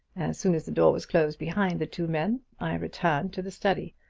soon as the door was closed behind the two men i returned to the study.